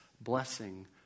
blessing